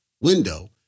window